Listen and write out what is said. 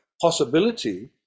possibility